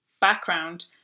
background